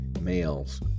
males